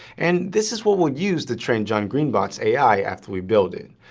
and this is what we'll use to train john-green-bot's ai after we build it.